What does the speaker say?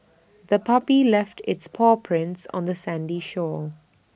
the puppy left its paw prints on the sandy shore